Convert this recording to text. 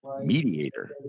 mediator